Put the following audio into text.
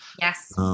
Yes